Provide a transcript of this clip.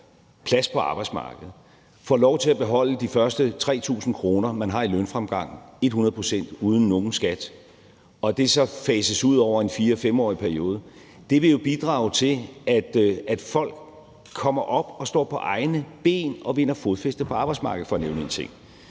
plads på arbejdsmarkedet, så får lov til at beholde de første 3.000 kr., man har i lønfremgang, et hundrede procent uden nogen skat, og at det så fases ud over en 4-5-årig periode, vil jo bidrage til, at folk kommer op og står på egne ben og vinder fodfæste på arbejdsmarkedet. Det er for at nævne én ting.